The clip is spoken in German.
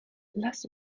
lass